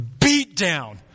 beatdown